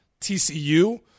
TCU